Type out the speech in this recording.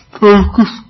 focus